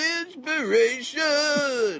inspiration